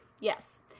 Yes